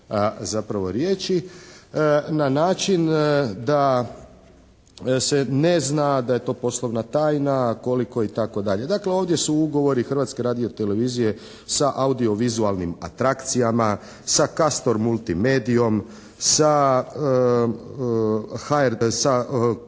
zapravo riječi na način da se ne zna da je to poslovna tajna, koliko itd. Dakle ovdje su ugovori Hrvatske radiotelevizije sa audio vizualnim atrakcijama, sa kastor multimedijom, sa fikcijom